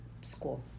school